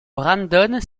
brandon